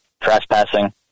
trespassing